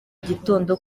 gitondo